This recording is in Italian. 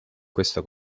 questo